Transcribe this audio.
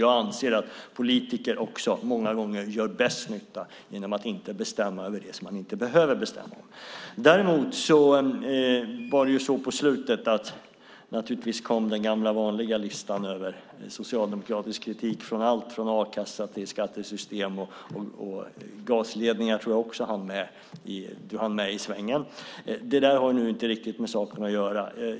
Jag anser att politiker många gånger gör bäst nytta genom att inte bestämma över det man inte behöver bestämma om. Naturligtvis kom på slutet den gamla vanliga listan över socialdemokratisk kritik. Det var allt från a-kassan till skattesystem. Jag tror att gasledningar också kom med. Det där har inte riktigt med saken att göra.